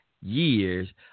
years